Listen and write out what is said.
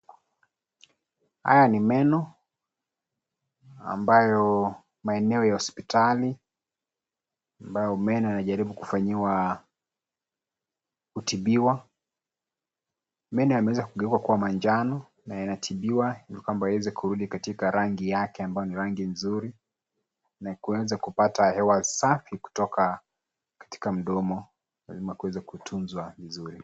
Haya ni meno, ambayo maeneo ya hospitali, ambayo meno yanajaribu kufanyiwa kutibiwa . Meno yameweza kugeuka kuwa manjano na yanatibiwa ili kwamba yaweze kurudi Katika rangi yake ambayo ni rangi nzuri. Na kuweza kupata hewa safi kutoka katika mdomo lazima kuweze kutunzwa vizuri.